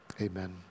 Amen